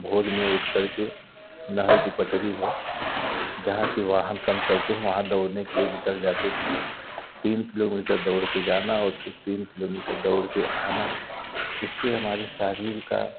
भोर में उठ कर के नहर की पटरी है जहाँ के वाहन कम चलते हैं वहाँ दौड़ने के लिए निकल जाते थे तीन किलोमीटर दौड़ के जाना और फिर तीन किलोमीटर दौड़ के आना उससे हमारे शरीर का